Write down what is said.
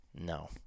no